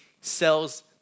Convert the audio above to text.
sells